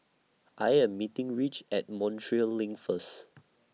I Am meeting Ridge At Montreal LINK First